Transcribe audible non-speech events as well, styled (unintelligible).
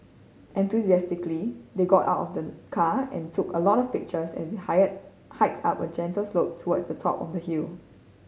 enthusiastically they got out of the car and took a lot of pictures as they (unintelligible) hiked up a gentle slope towards the top of the hill